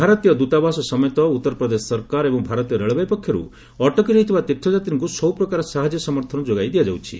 ଭାରତୀୟ ଦ୍ୱତାବାସ ସମେତ ଉତ୍ତରପ୍ରଦେଶ ସରକାର ଏବଂ ଭାରତୀୟ ରେଳବାଇ ପକ୍ଷରୁ ଅଟକି ରହିଥିବା ତୀର୍ଥଯାତ୍ରୀଙ୍କୁ ସବୁପ୍ରକାର ସାହାଯ୍ୟ ସମର୍ଥନ ଯୋଗାଇ ଦିଆଯାଉଛି